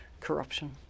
corruption